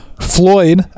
Floyd